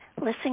listen